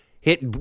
hit